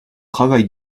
travail